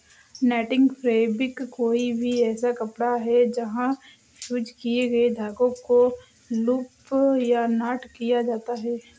netting fabric कोई भी ऐसा कपड़ा है जहाँ फ़्यूज़ किए गए धागों को लूप या नॉट किया जाता है